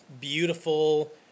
beautiful